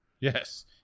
Yes